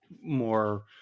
more